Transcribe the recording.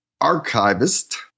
archivist